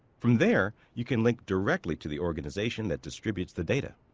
from there, you can link directly to the organization that distributes the data.